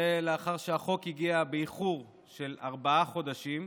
זה לאחר שהחוק הגיע באיחור של ארבעה חודשים,